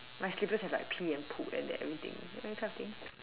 my slippers have like pee and poo and that everything you know that kind of thing